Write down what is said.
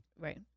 right